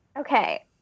Okay